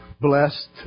blessed